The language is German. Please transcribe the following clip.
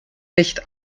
nicht